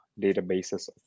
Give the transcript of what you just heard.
databases